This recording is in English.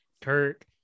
Kirk